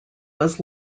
was